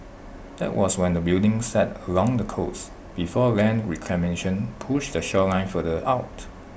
that was when the building sat along the coast before land reclamation push the shoreline further out